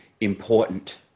important